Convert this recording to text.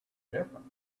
different